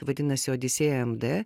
vadinasi odisėja md